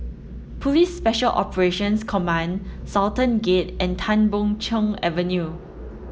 Police Special Operations Command Sultan Gate and Tan Boon Chong Avenue